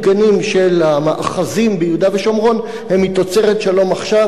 של המאחזים ביהודה ושומרון הם מתוצרת "שלום עכשיו",